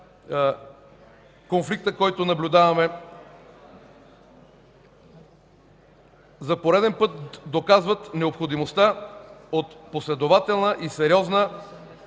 конфликта, който наблюдаваме, за пореден път доказва необходимостта от последователна и сериозна